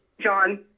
John